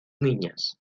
niñas